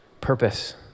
purpose